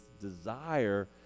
desire